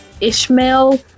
Ishmael